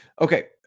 Okay